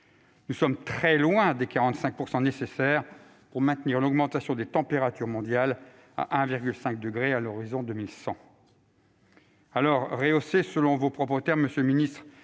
Nous sommes très loin des 45 % nécessaires pour maintenir l'augmentation des températures mondiales à 1,5 degré à l'horizon de 2100. Alors, rehausser la préservation de notre